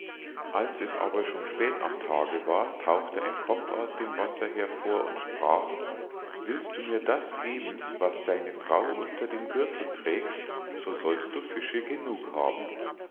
als es aber schon spät am tage war tauchte ein kopf aus dem wasser hervor und sprach willst du mir das geben was deine frau unter dem gürtel trägt so sollst du fische genug haben